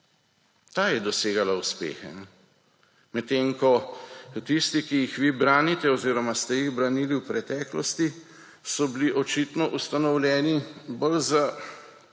Ta je dosegala uspehe, medtem ko tisti, ki jih vi branite oziroma ste jih branili v preteklosti, so bili očitno ustanovljeni bolj za,